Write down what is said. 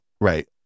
Right